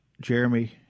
jeremy